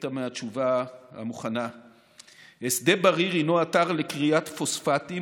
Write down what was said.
קטע מהתשובה המוכנה: שדה בריר הוא אתר לכריית פוספטים